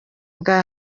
bwa